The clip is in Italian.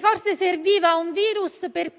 Forse serviva un virus per